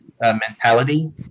mentality